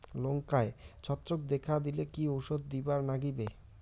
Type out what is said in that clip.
লঙ্কায় ছত্রাক দেখা দিলে কি ওষুধ দিবার লাগবে?